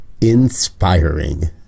inspiring